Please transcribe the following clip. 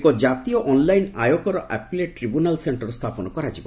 ଏକ ଜାତୀୟ ଅନ୍ଲାଇନ୍ ଆୟକର ଆପେଲେଟ୍ ଟ୍ରିବ୍ୟନାଲ୍ ସେଣ୍ଟର୍ ସ୍ଥାପନ କରାଯିବ